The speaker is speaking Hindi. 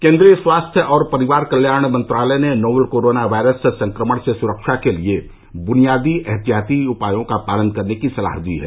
केन्द्रीय स्वास्थ्य और परिवार कल्याण मंत्रालय ने नोवल कोरोना वायरस संक्रमण से सुरक्षा के लिए बुनियादी एहतियाती उपायों का पालन करने की सलाह दी है